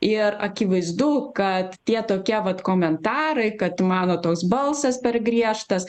ir akivaizdu kad tie tokie vat komentarai kad mano toks balsas per griežtas